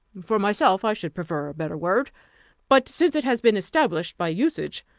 for myself, i should prefer a better word but since it has been established by usage,